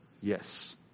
yes